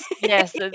Yes